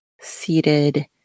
seated